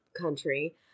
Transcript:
country